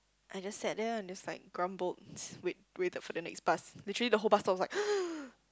I just sat there on this like grumbled just wait waited for the next bus literally the whole bus stop was like